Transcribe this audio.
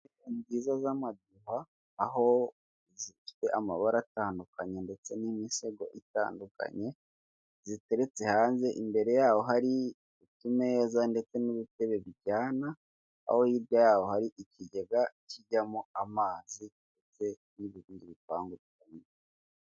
Intebe nziza z'amadiva, aho zifite amabara atandukanye, ndetse n'imisego itandukanye, ziteretse hanze, imbere yaho hari utumeza ndetse n'ibitebe bijyana, aho hirya yaho hari ikigega kijyamo amazi, ndetse n'ibindi bipangu.